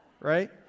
right